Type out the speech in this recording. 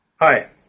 Hi